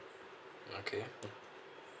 okay